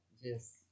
Yes